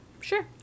Sure